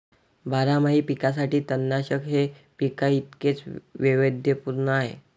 बारमाही पिकांसाठी तणनाशक हे पिकांइतकेच वैविध्यपूर्ण आहे